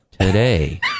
today